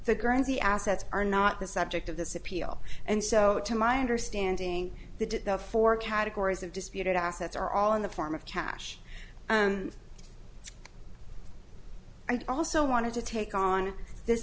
guernsey assets are not the subject of this appeal and so to my understanding the did the four categories of disputed assets are all in the form of cash and i also wanted to take on this